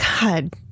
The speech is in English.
god